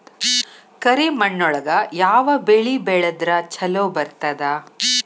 ಕರಿಮಣ್ಣೊಳಗ ಯಾವ ಬೆಳಿ ಬೆಳದ್ರ ಛಲೋ ಬರ್ತದ?